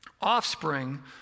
Offspring